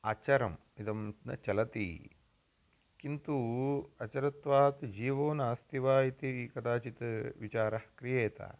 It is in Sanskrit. आचरम् इदं न चलति किन्तु अचिरत्वात् जीवो नास्ति वा इति कदाचित् विचारः क्रियेत्